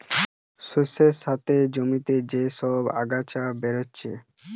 শস্যের সাথে জমিতে যে সব আগাছা বেরাচ্ছে